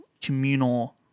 communal